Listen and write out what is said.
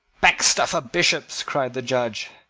baxter for bishops! cried the judge,